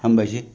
हामबायसै